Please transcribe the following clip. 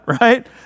right